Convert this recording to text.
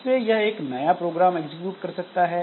इससे यह एक नया प्रोग्राम एग्जीक्यूट कर सकता है